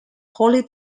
holy